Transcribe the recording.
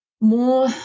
more